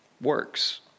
works